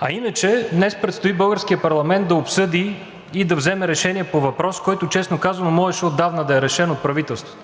А иначе днес предстои българският парламент да обсъди и да вземе решение по въпрос, който, честно казано, можеше отдавна да е решен от правителството.